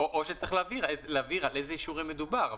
או שצריך להבהיר על איזה אישורים מדובר,